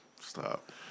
Stop